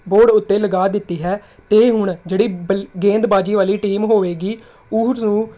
board ਉੱਤੇ ਲਗਾ ਦਿੱਤੇ ਹੈ ਅਤੇ ਹੁਣ ਜਿਹੜੀ ਬੱਲ ਗੇਂਦਬਾਜ਼ੀ ਵਾਲੀ ਟੀਮ ਹੋਵੇਗੀ ਉਸ ਨੂੰ